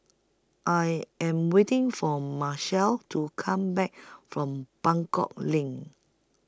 I Am waiting For Macel to Come Back from Buangkok LINK